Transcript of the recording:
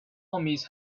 armies